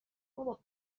بابا